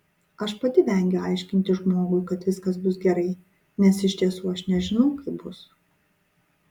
aš pati vengiu aiškinti žmogui kad viskas bus gerai nes iš tiesų aš nežinau kaip bus